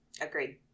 agreed